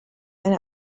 eine